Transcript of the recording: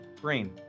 brain